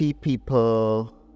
people